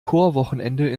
chorwochenende